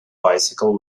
bicycle